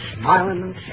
smiling